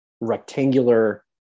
rectangular